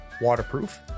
waterproof